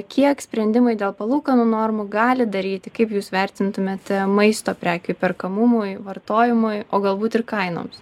kiek sprendimai dėl palūkanų normų gali daryti kaip jūs vertintumėte maisto prekių įperkamumui vartojimui o galbūt ir kainoms